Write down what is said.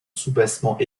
soubassement